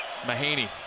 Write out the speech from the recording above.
Mahaney